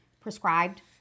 prescribed